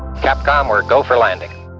capcom, we're a go for landing.